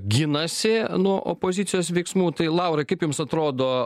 ginasi nuo opozicijos veiksmų tai laurai kaip jums atrodo